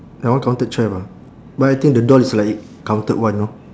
that one counted twelve ah but I think the doll is like counted one know